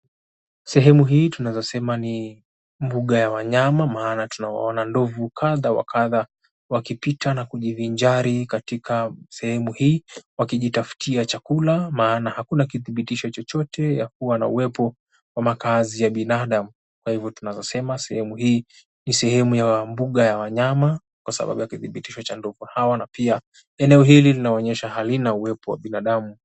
Sehemu hii tunaweza sema ni mbuga ya wanyama maana tunawaona ndovu kadhaa wa kadhaa wakipita na kujivinjari sehemu hii wakijitafutia chakula maana hakuna kithibitisho chochote ya kuwa na uwepo wa makaazi ya binadamu. Kwa hivyo tunaweza sema sehemu hii ni sehemu ya mbuga ya wanyama kwa sababu ya kithibitisho cha ndovu hawa na pia eneo hili linaonyesha halina uwepo wa binadamu.